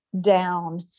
down